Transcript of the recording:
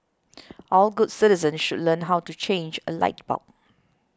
all good citizens should learn how to change a light bulb